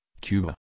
Cuba